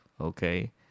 okay